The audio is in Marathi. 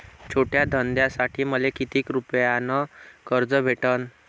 छोट्या धंद्यासाठी मले कितीक रुपयानं कर्ज भेटन?